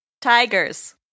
tigers